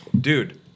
Dude